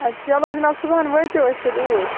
چَلو جِناب صُبحن وٲتِو أسۍ تیٚلہِ اوٗرۍ